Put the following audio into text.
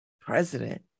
president